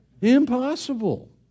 Impossible